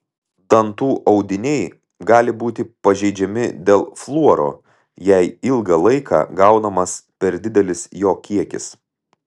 dantų audiniai gali būti pažeidžiami dėl fluoro jei ilgą laiką gaunamas per didelis jo kiekis